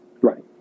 Right